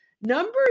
Number